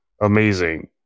amazing